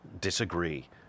disagree